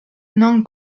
non